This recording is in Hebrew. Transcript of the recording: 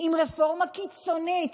עם רפורמה קיצונית